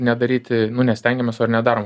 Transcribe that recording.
nedaryti nu ne stengiamės o ir nedarom